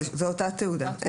זוהי אותה התעודה?